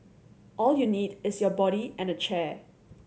all you need is your body and a chair